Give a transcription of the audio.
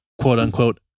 quote-unquote